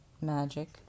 Magic